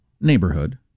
neighborhood